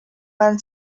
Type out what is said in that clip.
man